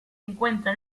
encuentra